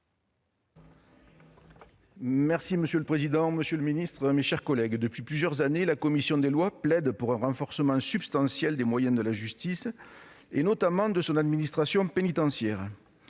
avis. Monsieur le président, monsieur le garde des sceaux, mes chers collègues, voilà plusieurs années que la commission des lois plaide en faveur d'un renforcement substantiel des moyens de la justice, notamment de son administration pénitentiaire,